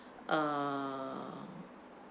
uh